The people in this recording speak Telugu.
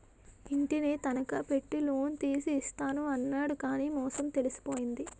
ఇంటిని తనఖా పెట్టి లోన్ తీసి ఇస్తాను అన్నాడు కానీ మోసం తెలిసిపోయింది